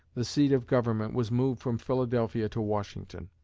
the seat of government was moved from philadelphia to washington.